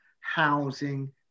housing